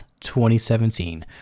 2017